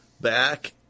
back